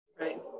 Right